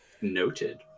Noted